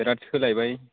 बिरात सोलायबाय